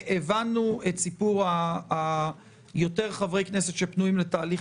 הבנו את סיפור היותר חברי כנסת שפנויים לתהליך